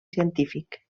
científic